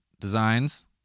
designs